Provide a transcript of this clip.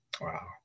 Wow